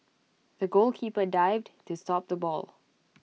the goalkeeper dived to stop the ball